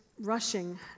rushing